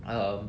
um